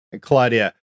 Claudia